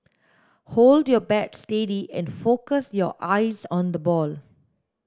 hold your bat steady and focus your eyes on the ball